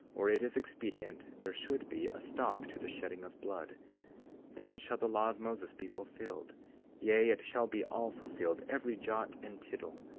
or it is expedient there should be, a stop to the shedding of blood then shall the law of moses be fulfilled yea, it shall be all fulfilled, every jot and tittle,